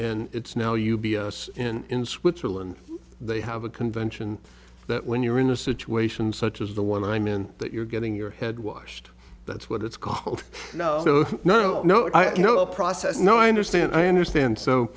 and it's now u b s in switzerland they have a convention that when you're in a situation such as the one i'm in that you're getting your head washed that's what it's called no no no i you know the process no i understand i understand so